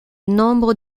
nombre